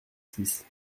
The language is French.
six